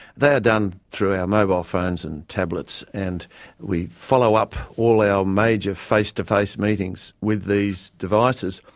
they are done through our mobile phones and tablets and we follow up all our major face-to-face meetings with these devices,